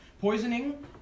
poisoning